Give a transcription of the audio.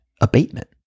abatement